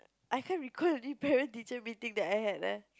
I can't recall any parent teacher meeting that I had lah